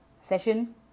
session